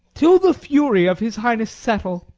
till the fury of his highness settle,